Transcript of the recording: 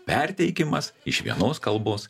perteikimas iš vienos kalbos